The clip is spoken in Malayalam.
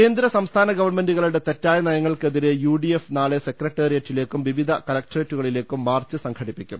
കേന്ദ്ര സംസ്ഥാന ഗവൺമെന്റുകളുടെ തെറ്റായ നയങ്ങൾക്ക് എതിരെ യുഡിഎഫ് നാളെ സെക്രട്ടേറിയറ്റിലേക്കും വിവിധ കല ക്ടറ്റേുകളിലേക്കും മാർച്ച് സംഘടിപ്പിക്കും